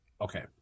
Okay